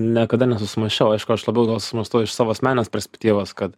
niekada nesusimąsčiau aišku aš labiau gal susimąstau iš savo asmeninės perspektyvos kad